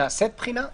נעשית בחינה?